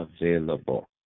available